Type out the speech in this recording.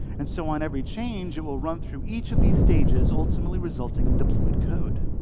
and so on every change, it will run through each of these stages, ultimately resulting in deployed code.